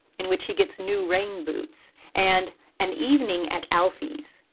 in which he gets new rain boots, and an evening at alfie's,